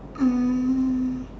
um